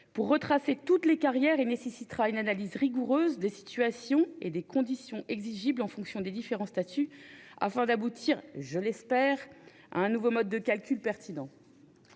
pour retracer toutes les carrières et nécessitera une analyse rigoureuse des situations ainsi que des conditions exigibles en fonction des différents statuts, afin d'aboutir, je l'espère, à un nouveau mode de calcul pertinent.